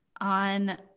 on